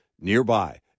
nearby